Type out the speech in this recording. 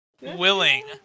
Willing